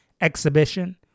exhibition